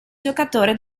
giocatore